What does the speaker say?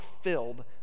filled